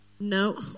No